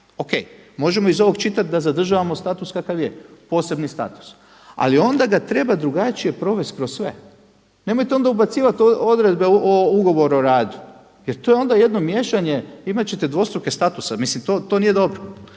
O.K., možemo iz ovog čitati da zadržavamo status kakav je, posebni status ali onda ga treba drugačije provesti kroz sve. Nemojte onda ubacivati odredbe u ugovor o radu jer to je onda jedno miješanje, imati ćete dvostruke statuse, mislim to nije dobro.